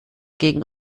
gegen